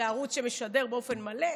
זה ערוץ שמשדר באופן מלא.